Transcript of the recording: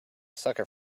sucker